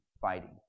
fighting